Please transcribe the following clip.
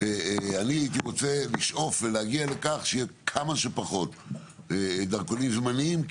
אני רוצה לשאוף ולהגיע לכך שיהיו כמה שפחות דרכונים זמניים,